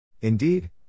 Indeed